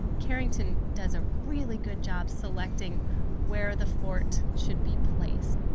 carrington does a really good job selecting where the fort should be placed.